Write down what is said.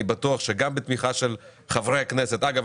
בטוח שגם בתמיכה של חברי הכנסת אגב,